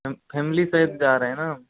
family सहित जा रहे हैं ना हम